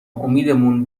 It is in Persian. امیدمون